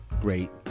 great